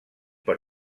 per